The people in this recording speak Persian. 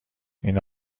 این